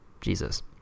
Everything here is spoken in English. Jesus